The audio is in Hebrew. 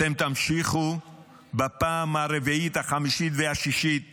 אתם תמשיכו בפעם הרביעית, החמישית והשישית